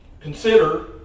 Consider